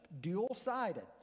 Dual-sided